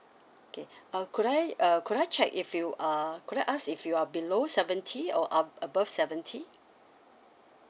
okay uh could I uh could I check if you uh could I ask if you are below seventy or up above seventy